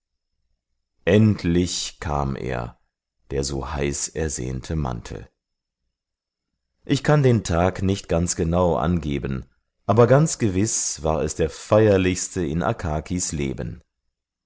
endlich kam er der so heißersehnte mantel ich kann den tag nicht ganz genau angeben aber ganz gewiß war es der feierlichste in akakis leben